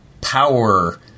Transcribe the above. power